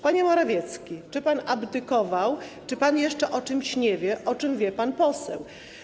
Panie Morawiecki, czy pan abdykował, czy pan jeszcze o czymś nie wie, o czym wie pan poseł?